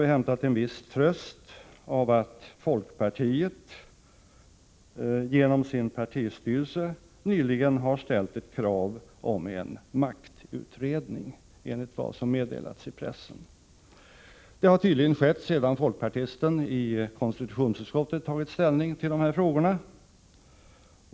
Dock är det en viss tröst för oss att folkpartiet via sin partistyrelse nyligen har framställt ett krav om en maktutredning — enligt vad som meddelats i pressen. Det har tydligen skett efter det att folkpartisten i konstitutionsutskottet tagit ställning till dessa frågor.